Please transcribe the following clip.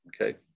okay